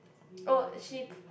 oh she